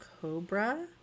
cobra